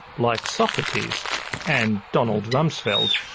like socrates and donald rumsfeld,